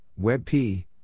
WebP